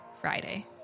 Friday